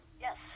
Yes